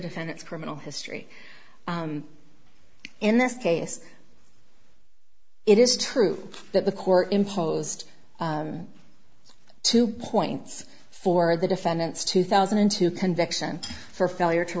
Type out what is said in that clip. defendant's criminal history in this case it is true that the court imposed two points for the defendant's two thousand and two conviction for failure to